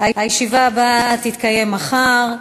הישיבה הבאה תתקיים מחר,